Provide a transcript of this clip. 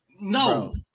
no